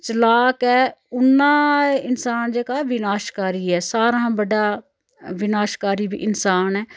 चलाक ऐ उ'न्ना इंसान जेह्का विनाशकारी ऐ सारें शा बड्डा विनाशकारी बी इंसान ऐ